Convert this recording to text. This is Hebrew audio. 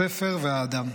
הספר והאדם.